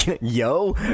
yo